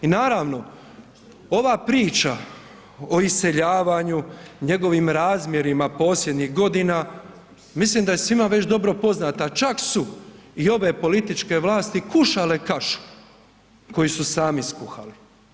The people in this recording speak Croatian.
I naravno, ova priča o iseljavanju, njegovim razmjerima posljednjih godina mislim da je svima već dobro poznata, čak su i ove političke vlasti kušale kašu koji su sami skuhali.